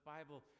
Bible